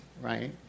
right